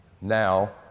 Now